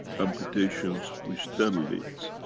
amputations which then leads,